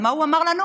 אבל מה הוא אמר לנו?